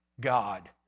God